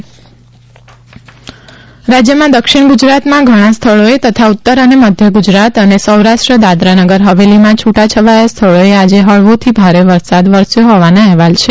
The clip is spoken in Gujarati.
વરસાદ ડેમ રાજ્યમાં દક્ષિણ ગુજરાતમાં ઘણાં સ્થળોએ તથા ઉત્તર અને મધ્ય ગુજરાત અને સૌરાષ્ટ્ર દાદરાનગર હવેલીમાં છુટા છવાયા સ્થળોએ આજે હળવોથી ભારે વરસાદ વરસ્યો હોવાના અહેવાલ છે